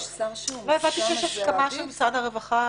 הבנתי שיש הסכמה של משרד הרווחה.